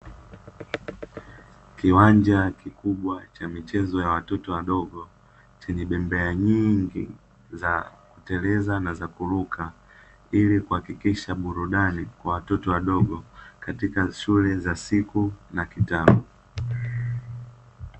Kiwanja kikubwa cha michezo ya watoto wadogo chenye bembea nyingi za kuteleza na kuruka ili kuhakikisha burudani kwa watoto wadogo katika shule za siku na kitalo.